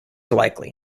likely